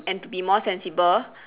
and to be more sensible